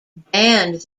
banned